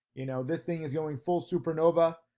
you know, this thing is going full supernova.